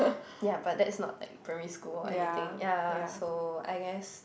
ya but that's not like primary school or anything ya so I guess